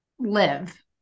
live